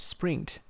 Sprint，